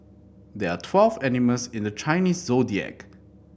there are twelve animals in the Chinese Zodiac